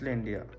India